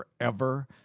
forever